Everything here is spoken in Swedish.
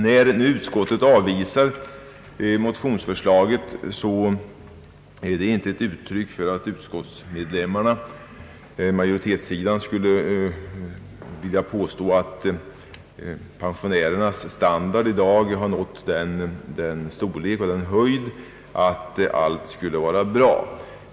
När utskottet avvisar motionsförslaget, så är detta inte ett uttryck för att utskottsmajoriteten skulle vilja påstå att pensionärernas standard nu nått sådan höjd att allt skulle vara bra.